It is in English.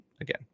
again